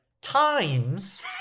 times